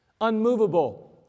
unmovable